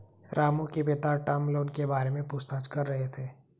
रामू के पिता term loan के बारे में पूछताछ कर रहे थे